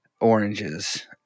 oranges